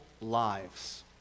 lives